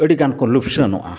ᱟᱹᱰᱤᱜᱟᱱᱠᱚ ᱞᱚᱥᱟᱠᱟᱱᱚᱜᱼᱟ